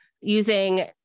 using